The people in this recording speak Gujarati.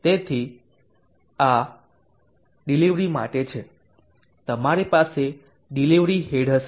તેથી આ ડિલિવરી માટે છે તમારી પાસે ડિલિવરી હેડ હશે